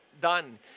done